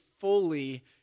fully